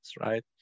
right